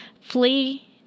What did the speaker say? flee